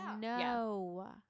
No